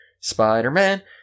Spider-Man